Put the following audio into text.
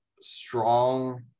strong